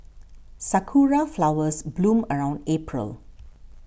sakura flowers bloom around April